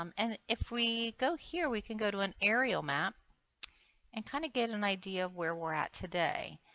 um and if we go here we can go to an aerial map and kind of get an idea of where we are at today.